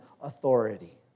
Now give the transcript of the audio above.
authority